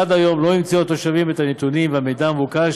עד היום לא המציאו התושבים את הנתונים והמידע המבוקש